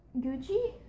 Gucci